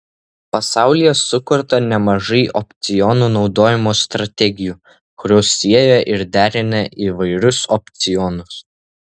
pasaulyje sukurta nemažai opcionų naudojimo strategijų kurios sieja ir derina įvairus opcionus